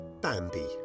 Bambi